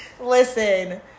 Listen